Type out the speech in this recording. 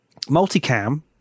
multicam